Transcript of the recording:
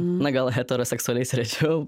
na gal heteroseksualiais rečiau